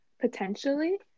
potentially